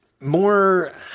More